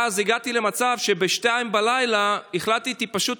אז הגעתי למצב שב-02:00 החלטתי פשוט,